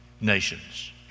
nations